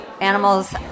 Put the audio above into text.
animals